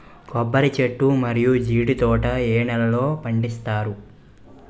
కొబ్బరి చెట్లు మరియు జీడీ తోట ఏ నేలల్లో పండిస్తారు?